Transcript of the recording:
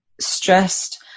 stressed